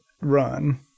run